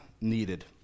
needed